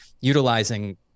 utilizing